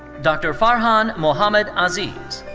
dr. farhan muhammed aziz.